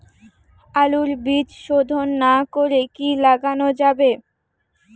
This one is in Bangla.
আলুর বীজ শোধন না করে কি লাগানো যাবে?